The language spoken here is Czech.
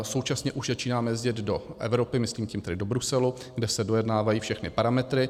Současně už začínáme jezdit do Evropy, myslím tím tedy do Bruselu, kde se dojednávají všechny parametry.